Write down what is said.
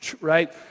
right